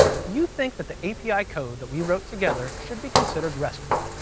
do you think that the api code that we wrote together should be considered restful?